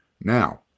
Now